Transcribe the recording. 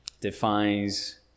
defines